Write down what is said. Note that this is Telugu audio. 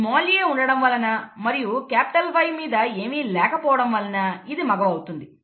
స్మాల్ a ఉండడం వలన మరియు క్యాపిటల్ Y మీద ఏమీ లేకపోవడం వలన ఇది మగ అవుతుంది